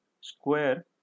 square